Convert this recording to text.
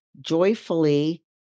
joyfully